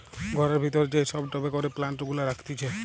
ঘরের ভিতরে যেই সব টবে করে প্লান্ট গুলা রাখতিছে